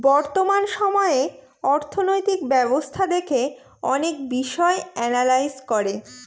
বর্তমান সময়ে অর্থনৈতিক ব্যবস্থা দেখে অনেক বিষয় এনালাইজ করে